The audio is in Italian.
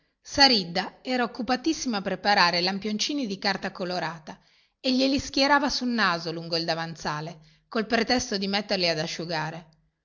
saridda era occupatissima a preparare lampioncini di carta colorata e glieli schierava sul mostaccio lungo il davanzale col pretesto di metterli ad asciugare